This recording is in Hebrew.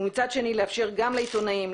ומצד שני לאפשר גם לעיתונאים,